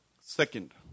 second